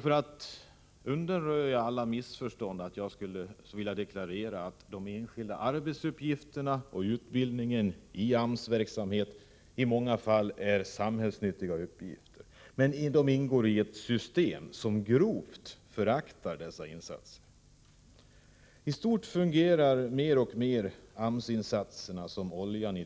För att undanröja varje risk för missförstånd vill jag deklararera, att de enskilda arbetsuppgifterna och utbildningen i AMS-verksamhet i många fall är samhällsnyttiga uppgifter, men de ingår i ett system som djupt föraktar dessa insatser. I stort fungerar AMS-insatserna mer och mer som oljan